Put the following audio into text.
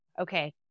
okay